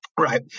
Right